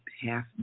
half